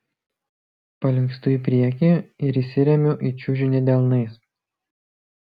palinkstu į priekį ir įsiremiu į čiužinį delnais